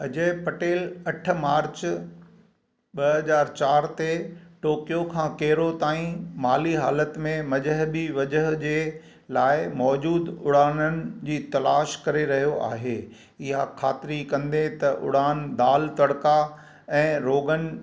अजय पटेल अठ मार्च ॿ हज़ार चार ते टोक्यो खां केरो ताईं माली हालति में मज़हबी वजह जे लाइ मौजूदु उड़ाननि जी तलाशु करे रहियो आहे इहा ख़ातिरी कंदे त उड़ान दाल तड़का ऐं रोगन